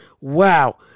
Wow